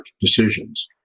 decisions